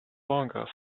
longer